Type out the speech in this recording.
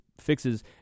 fixes